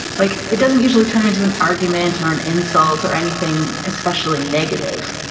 like it doesn't usually turn into an argument or an insult or anything especially negative.